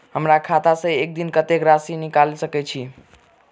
हमरा खाता सऽ एक दिन मे कतेक राशि निकाइल सकै छी